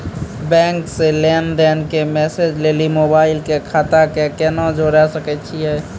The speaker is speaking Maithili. बैंक से लेंन देंन के मैसेज लेली मोबाइल के खाता के केना जोड़े सकय छियै?